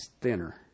thinner